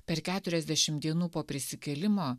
per keturiasdešim dienų po prisikėlimo